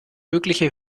mögliche